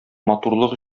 матурлык